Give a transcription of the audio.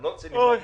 לא צריך להגיד שמות.